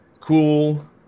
Cool